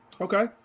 okay